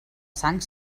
sang